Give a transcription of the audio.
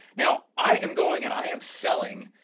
now, i am going and i am selling